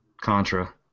Contra